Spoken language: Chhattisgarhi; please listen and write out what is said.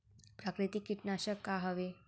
प्राकृतिक कीटनाशक का हवे?